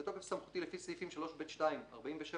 בתוקף סמכותי לפי סעיפים 3(ב)(2), 47